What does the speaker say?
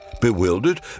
Bewildered